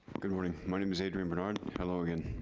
good morning. my name is adrian bernard. hello, again.